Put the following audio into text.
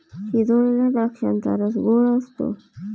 शिजवलेल्या द्राक्षांचा रस गोड असतो